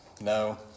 No